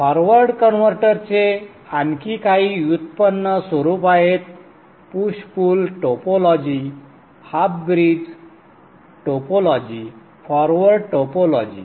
forward कन्व्हर्टरचे आणखी काही व्युत्पन्न स्वरूप आहेत push pull topology half bridge topology आणि फॉरवर्ड टोपोलॉजी